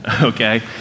okay